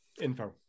info